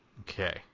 Okay